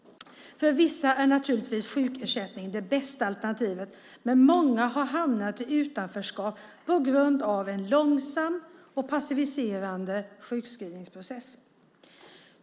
För vissa är naturligtvis sjukersättning det bästa alternativet, men många har hamnat i utanförskap på grund av en långsam och passiviserande sjukskrivningsprocess.